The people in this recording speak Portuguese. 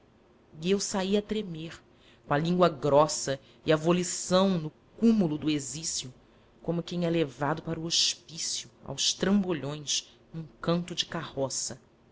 e eu sí a tremer com a língua grossa e a volição no cúmulo do exício como quem é levado para o hospício aos trambolhões num canto de carro